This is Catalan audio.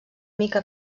mica